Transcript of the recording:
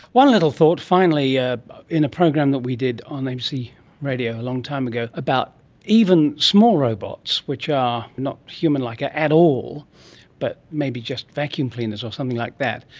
one little thought finally, ah in a program that we did on abc radio a long time ago about even small robots which are not humanlike ah at all but maybe just vacuum cleaners or something like that,